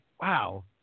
Wow